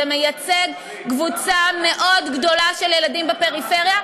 זה מייצג קבוצה מאוד גדולה של ילדים בפריפריה,